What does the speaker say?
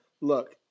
look